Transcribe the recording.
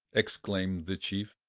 exclaimed the chief.